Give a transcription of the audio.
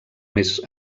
més